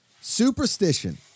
Superstition